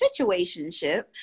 situationship